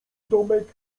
domek